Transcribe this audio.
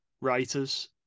writers